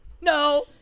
no